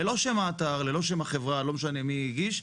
ללא שם האתר, ללא שם החברה, לא משנה מי הגיש.